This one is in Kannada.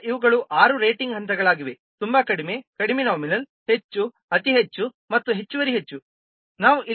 ಆದ್ದರಿಂದ ಇವುಗಳು ಆರು ರೇಟಿಂಗ್ ಹಂತಗಳಾಗಿವೆ ತುಂಬಾ ಕಡಿಮೆ ಕಡಿಮೆ ನಾಮಿನಲ್ ಹೆಚ್ಚು ಅತಿ ಹೆಚ್ಚು ಮತ್ತು ಹೆಚ್ಚುವರಿ ಹೆಚ್ಚು